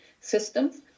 systems